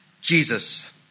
Jesus